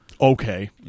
okay